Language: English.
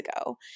ago